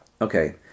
Okay